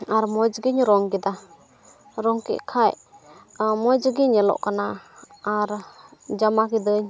ᱟᱨ ᱢᱚᱡᱽ ᱜᱮᱧ ᱨᱚᱝ ᱠᱮᱫᱟ ᱨᱚᱝ ᱠᱮᱫ ᱠᱷᱟᱡ ᱢᱚᱡᱽᱜᱮ ᱧᱮᱞᱚᱜ ᱠᱟᱱᱟ ᱟᱨ ᱡᱚᱢᱟ ᱠᱤᱫᱟᱹᱧ